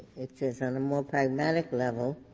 it says on a more pragmatic level,